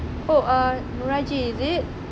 oh ah nora J is it